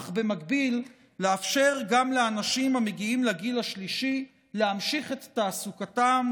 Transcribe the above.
אך במקביל לאפשר גם לאנשים המגיעים לגיל השלישי להמשיך את תעסוקתם,